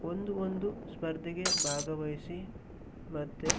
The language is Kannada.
ಒಂದು ಒಂದು ಸ್ಪರ್ಧೆಗೆ ಭಾಗವಹಿಸಿ ಮತ್ತೆ